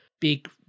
big